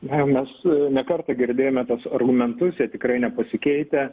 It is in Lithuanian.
jei mes ne kartą girdėjome tuos argumentus jie tikrai nepasikeitę